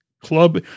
club